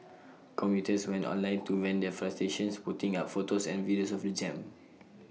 commuters went online to vent their frustrations putting up photos and videos of the jam